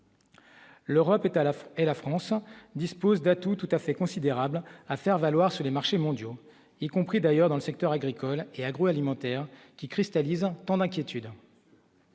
la fois et la France dispose d'atouts tout à fait considérables à faire valoir sur les marchés mondiaux, y compris d'ailleurs dans le secteur agricole et agroalimentaire qui cristallise en tant d'inquiétude.